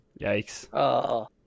Yikes